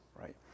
right